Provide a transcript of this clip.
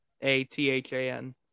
A-T-H-A-N